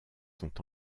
sont